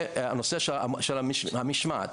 והנושא של המשמעת.